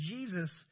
Jesus